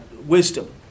wisdom